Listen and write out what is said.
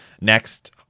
Next